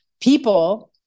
people